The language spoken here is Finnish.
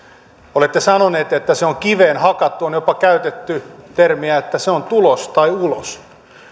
olette sanonut että se on kiveen hakattu on jopa käytetty termiä että se on tulos tai ulos